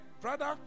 brother